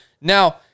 Now